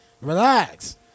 Relax